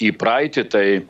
į praeitį tai